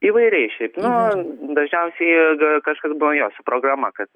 įvairiai šiaip nu dažniausiai kažkas buvo jo su programa kad